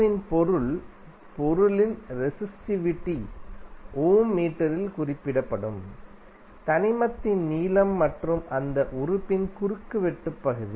win பொருள் பொருளின் resistivity ohm மீட்டரில் குறிப்பிடப்படும் தனிமத்தின் நீளம் மற்றும் அந்த உறுப்பின் குறுக்கு வெட்டு பகுதி